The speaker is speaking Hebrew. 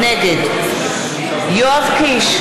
נגד יואב קיש,